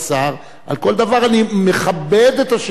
על כל דבר, אני מכבד את השאלה ששאלת,